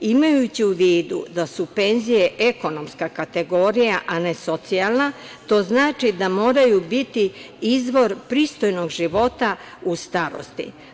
Imajući u vidu da su penzije ekonomska kategorija, a ne socijalna to znači da moraju biti izvor pristojnog života u starosti.